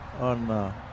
on